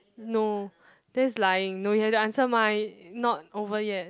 no that's lying no you have to answer mine not over yet